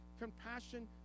compassion